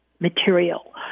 material